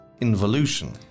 involution